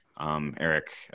Eric